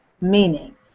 Meaning